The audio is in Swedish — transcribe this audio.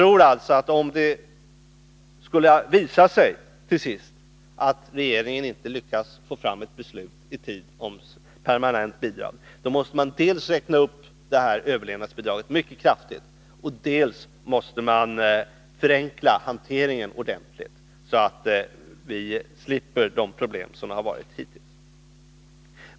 Om det till sist skulle visa sig att regeringen inte lyckas få fram beslut i tid om ett permanent bidrag, tror jag dels att man måste räkna upp överlevnadsbidraget mycket kraftigt, dels att man måste förenkla hanteringen ordentligt, så att vi slipper de problem som har varit hitintills.